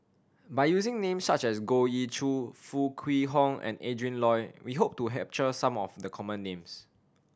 by using names such as Goh Ee Choo Foo Kwee Horng and Adrin Loi we hope to capture some of the common names